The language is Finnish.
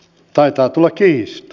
taitaa tulla kiista